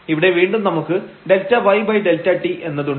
ഇവിടെ വീണ്ടും നമുക്ക് ΔyΔt എന്നതുണ്ട്